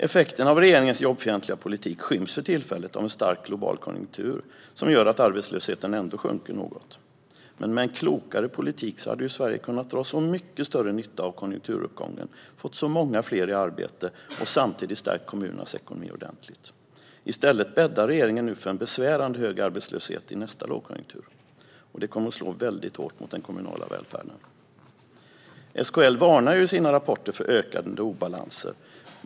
Effekterna av regeringens jobbfientliga politik skyms för tillfället av en stark global konjunktur som gör att arbetslösheten ändå sjunker något. Men med en klokare politik hade Sverige kunnat dra mycket större nytta av konjunkturuppgången, fått många fler i arbete och samtidigt stärkt kommunernas ekonomi ordentligt. I stället bäddar regeringen nu för en besvärande hög arbetslöshet i nästa lågkonjunktur. Det kommer att slå väldigt hårt mot den kommunala välfärden. SKL varnar i sina rapporter för ökande obalanser.